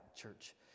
church